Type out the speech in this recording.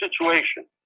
situation